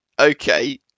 okay